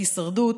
הישרדות,